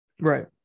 Right